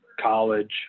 college